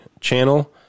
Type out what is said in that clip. channel